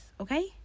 okay